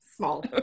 small